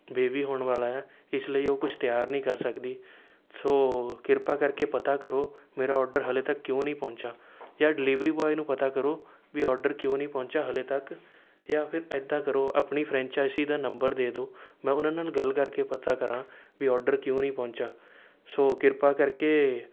baby ਹੋਣ ਵਾਲਾ ਹੈ ਇਸ ਲਈ ਉਹ ਕੁਝ ਤਿਆਰ ਨਹੀਂ ਕਰ ਸਕਦੀ ਸੋ ਕਿਰਪਾ ਕਰਕੇ ਪਤਾ ਕਰੋ ਮੇਰਾ ਆਰਡਰ ਹਾਲੇ ਤੱਕ ਕਿਉਂ ਨਹੀਂ ਪਹੁੰਚਿਆ ਜਾਂ ਡਿਲੀਵਰੀ ਬੋਆਏ ਨੂੰ ਪਤਾ ਕਰੋ ਵੀ ਆਰਡਰ ਕਿਉਂ ਨਹੀਂ ਪਹੁੰਚਿਆ ਹਾਲੇ ਤੱਕ ਜਾਂ ਫਿਰ ਏਦਾਂ ਕਰੋ ਆਪਣੀ ਫਰੈਂਚਾਈਜ਼ਸੀ ਦਾ ਨੰਬਰ ਦੇ ਦਿਉ ਮੈਂ ਉਹਨਾਂ ਨਾਲ ਗੱਲ ਕਰ ਕੇ ਪਤਾ ਕਰਾਂ ਵੀ ਆਰਡਰ ਕਿਉਂ ਨਹੀਂ ਪਹੁੰਚਿਆ ਸੋ ਕਿਰਪਾ ਕਰਕੇ